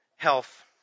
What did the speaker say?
health